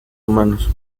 humanos